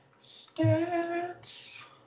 stats